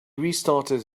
restarted